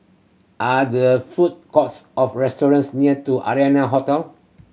are the food courts of restaurants near to Arianna Hotel